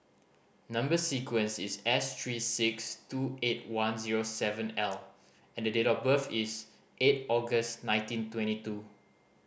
number sequence is S three six two eight one zero seven L and the date of birth is eight August nineteen twenty two